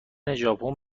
ژاپن